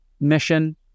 mission